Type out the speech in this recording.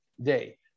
day